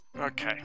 Okay